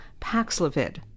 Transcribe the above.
Paxlovid